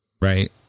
right